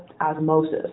osmosis